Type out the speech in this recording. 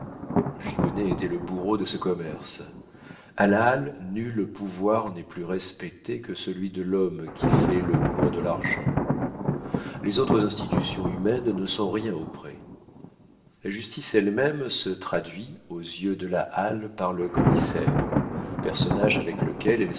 était le bourreau de ce commerce a la halle nul pouvoir n'est plus respecté que celui de l'homme qui fait le cours de l'argent les autres institutions humaines ne sont rien auprès la justice elle-même se traduit aux yeux de la halle par le commissaire personnage avec lequel